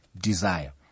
desire